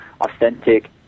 authentic